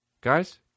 guys